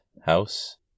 house